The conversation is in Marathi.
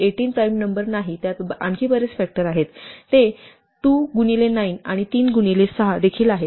18 प्राइम नम्बर नाही त्यात आणखी बरेच फॅक्टर आहेत ते 2 गुणिले 9 आणि 3 गुणिले 6 देखील आहेत